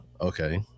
Okay